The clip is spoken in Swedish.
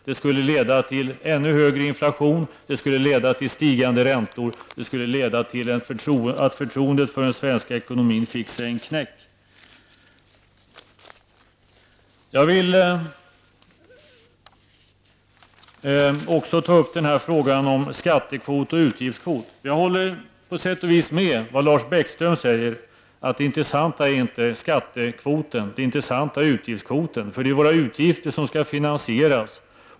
Den skulle leda till ännu högre inflation, till stigande räntor och till att förtroendet för den svenska ekonomin fick en knäck. Jag vill också ta upp frågan om skattekvoten och utgiftskvoten. På sätt och vis håller jag med Lars Bäckström om att det intressanta inte är skattekvoten utan utgiftskvoten. Det är ju våra utgifter som skall finansieras.